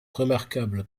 remarquable